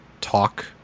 talk